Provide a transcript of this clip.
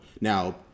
Now